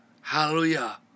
Hallelujah